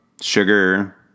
sugar